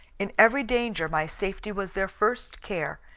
in every danger my safety was their first care,